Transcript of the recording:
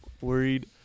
worried